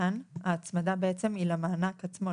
ההצמדה בעצם היא למענק עצמו,